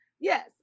Yes